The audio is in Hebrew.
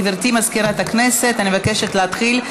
גברתי מזכירת הכנסת, אני מבקשת להתחיל.